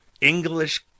english